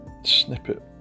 Snippet